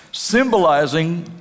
symbolizing